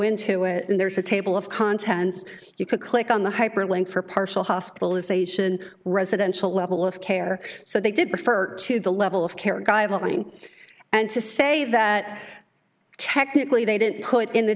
into it and there's a table of contents you could click on the hyperlink for partial hospitalization residential level of care so they did refer to the level of care guideline and to say that technically they didn't put in the